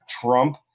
Trump